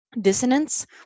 dissonance